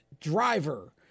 driver